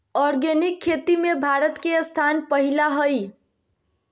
organic खेती में भारत के स्थान पहिला हइ